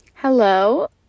Hello